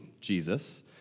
Jesus